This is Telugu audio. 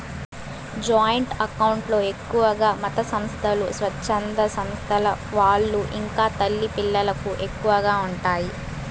జాయింట్ అకౌంట్ లో ఎక్కువగా మతసంస్థలు, స్వచ్ఛంద సంస్థల వాళ్ళు ఇంకా తల్లి పిల్లలకు ఎక్కువగా ఉంటాయి